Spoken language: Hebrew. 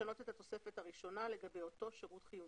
לשנות את התוספת הראשונה לגבי אותו שירות חיוני.